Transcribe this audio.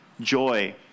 joy